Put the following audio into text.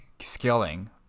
scaling